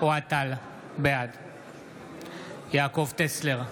אוהד טל, בעד יעקב טסלר,